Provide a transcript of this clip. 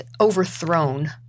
overthrown